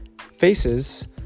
faces